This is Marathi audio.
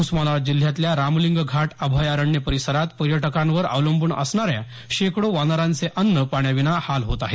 उस्मानाबाद जिल्ह्यातल्या रामलिंग घाट अभायरण्य परिसरात पर्यटकांवर अवलंबून असणाऱ्या शेकडो वानरांचे अन्न पाण्या विना हाल होत आहेत